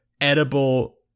edible